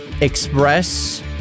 express